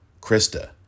Krista